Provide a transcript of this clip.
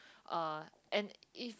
uh and if